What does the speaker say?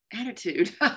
attitude